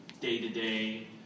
day-to-day